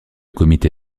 comité